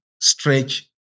stretch